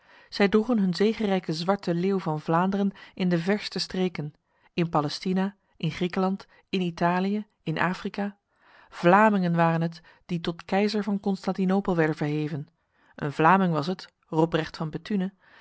zij droegen hun zegerijke zwarte leeuw van vlaanderen in de verste streken in palestina in griekenland in italië in afrika vlamingen waren het die tot keizer van constantinopel werden verheven een vlaming was het robrecht van